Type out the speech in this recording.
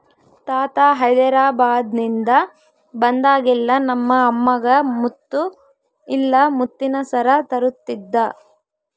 ತಾತ ಹೈದೆರಾಬಾದ್ನಿಂದ ಬಂದಾಗೆಲ್ಲ ನಮ್ಮ ಅಮ್ಮಗ ಮುತ್ತು ಇಲ್ಲ ಮುತ್ತಿನ ಸರ ತರುತ್ತಿದ್ದ